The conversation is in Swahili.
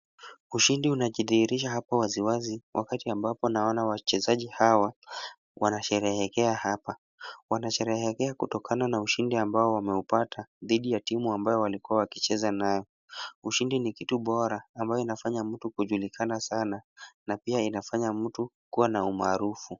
Ushindi unajidhihirisha hapa waziwazi wakati ambapo naona wachezaji hawa wanasherehekea hapa, wanasherehekea kutokana na ushindi ambao wameupata dhidi ya timu ambayo walikuwa wakicheza nayo, ushindi ni kitu bora huwa inafanya mtu kujulikana na pia inafanya mtu kuwa na umaarufu.